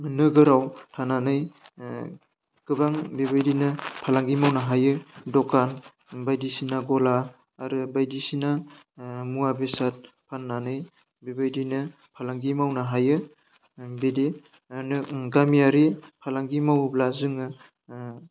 नोगोराव थानानै गोबां बेबायदिनो फालांगि मावनो हायो द'खान बायदिसिना गला आरो बायदिसिना मुवा बेसाद फान्नानै बेबायदिनो फालांगि मावनो हायो बिदि गामियारि फालांगि मावोब्ला जोङो